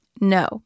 No